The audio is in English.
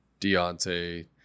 Deontay